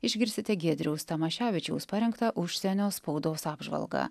išgirsite giedriaus tamaševičiaus parengtą užsienio spaudos apžvalgą